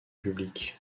publics